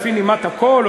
לפי נימת הקול?